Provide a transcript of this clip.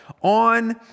on